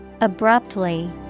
Abruptly